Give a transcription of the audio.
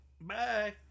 Bye